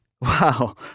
Wow